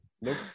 Nope